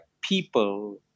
people